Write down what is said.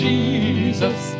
Jesus